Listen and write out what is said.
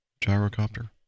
gyrocopter